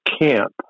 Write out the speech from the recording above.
camp